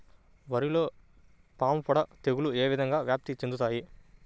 వరిలో పాముపొడ తెగులు ఏ విధంగా వ్యాప్తి చెందుతాయి?